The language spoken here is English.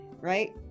right